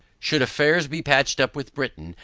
should affairs be patched up with britain,